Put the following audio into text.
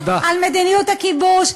על מדיניות הכיבוש,